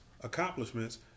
accomplishments –